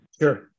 Sure